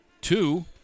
Two